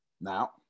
Now